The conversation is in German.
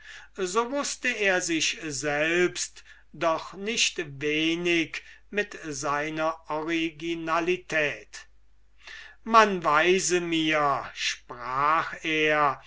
so wußte er sich selbst doch nicht wenig mit seiner originalität man weise mir sprach er